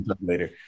later